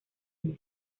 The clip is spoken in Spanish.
mismo